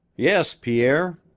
yes, pierre.